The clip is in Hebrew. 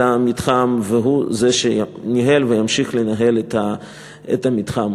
והוא שניהל וימשיך לנהל את המתחם.